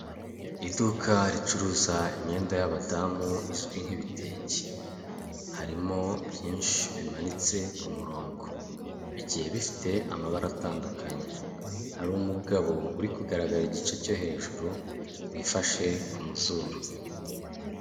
Iduka ricuruza imyenda y'abadamu izwi nk'ibitenge. Harimo byinshi bimanitse kumurongo bigiye bifite amabara atandukanye. Hari umugabo uri kugaragara igice cyo hejuru, wifashe kumazuru.